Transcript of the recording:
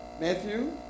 matthew